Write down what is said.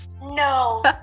No